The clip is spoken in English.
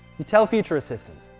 you tell future assistant